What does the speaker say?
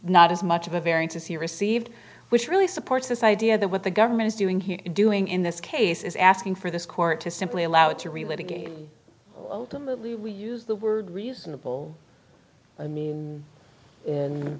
not as much of a variance as he received which really supports this idea that what the government's doing here doing in this case is asking for this court to simply allow it to relive again we use the word reasonable i mean